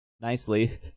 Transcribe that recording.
nicely